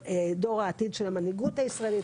דור העתיד של המנהיגות הישראלית,